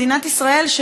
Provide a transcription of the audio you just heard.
מדינת ישראל,